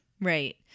Right